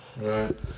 Right